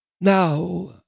Now